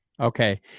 Okay